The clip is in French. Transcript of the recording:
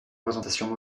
présentations